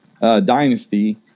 Dynasty